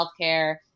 healthcare